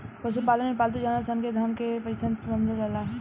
पशुपालन में पालतू जानवर सन के धन के जइसन समझल जाला